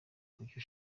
kucyo